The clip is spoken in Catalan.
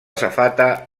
safata